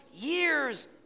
years